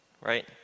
Right